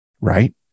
Right